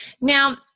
Now